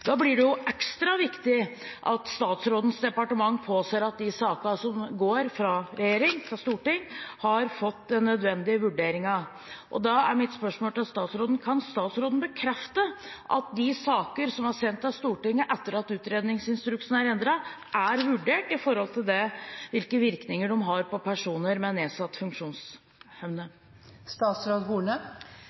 Da blir det jo ekstra viktig at statsrådens departement påser at de sakene som går fra regjering, til storting, har fått den nødvendige vurderingen. Da er mitt spørsmål til statsråden: Kan statsråden bekrefte at de sakene som er sendt til Stortinget etter at utredningsinstruksen ble endret, er vurdert i forhold til hvilke virkninger de har på personer med nedsatt funksjonsevne?